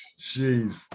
Jeez